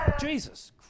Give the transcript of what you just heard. Jesus